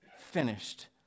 finished